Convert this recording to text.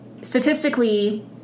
statistically